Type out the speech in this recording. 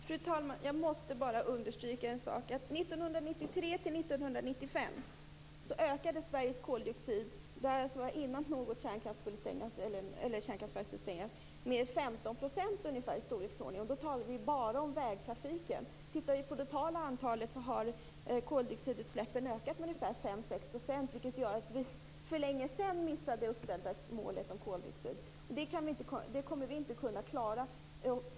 Fru talman! Jag måste bara understryka att Sveriges koldioxidutsläpp ökade med ungefär 15 % mellan 1993 och 1995. Detta var innan vi beslutat om stängning av något kärnkraftverk. Då talar vi bara om vägtrafiken. Tittar vi totalt ser vi att koldioxidutsläppen har ökat med 5-6 %. Vi missade för länge sedan det uppställda målet för koldioxidutsläpp. Det kommer vi inte att kunna klara.